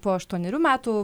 po aštuonerių metų